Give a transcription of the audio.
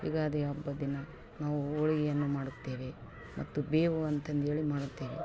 ಯುಗಾದಿ ಹಬ್ಬದ ದಿನ ನಾವು ಹೋಳಿಗೆಯನ್ನು ಮಾಡುತ್ತೇವೆ ಮತ್ತು ಬೇವು ಅಂತಂದೇಳಿ ಮಾಡುತ್ತೇವೆ